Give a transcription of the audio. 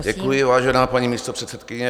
Děkuji, vážená paní místopředsedkyně.